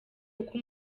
kuko